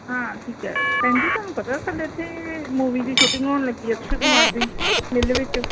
ਹਾਂ ਠੀਕ ਹੈ ਭੈਣ ਜੀ ਤੁਹਾਨੂੰ ਪਤਾ ਸਾਡੇ ਇੱਥੇ ਮੂਵੀ ਦੀ ਸ਼ੂਟਿੰਗ ਹੋਣ ਲੱਗੀ ਅਕਸ਼ੈ ਕੁਮਾਰ ਦੀ ਮੇਲੇ ਵਿੱਚ